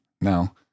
now